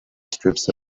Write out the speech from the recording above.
strips